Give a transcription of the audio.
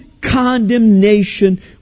condemnation